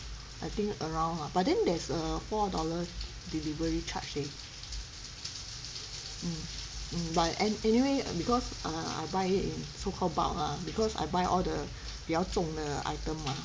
I think around ah but then there's a four dollar delivery charge leh mm mm but an~ anyway because err I buy it in so called bulk ah because I buy all the 比较重的 item 嘛